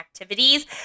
activities